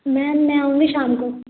ma'am मैं आऊँगी शाम को